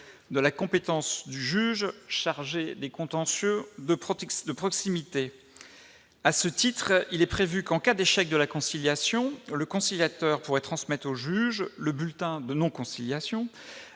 de la compétence du juge chargé des contentieux de proximité ». À ce titre, il est prévu que, en cas d'échec de la conciliation, le conciliateur pourra transmettre au juge le bulletin de non-conciliation,